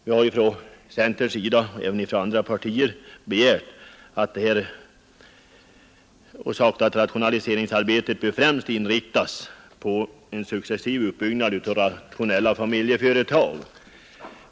Vi har från centern krävt att rationaliseringsarbetet främst skall inriktas på en successiv uppbyggnad av rationella familjeföretag.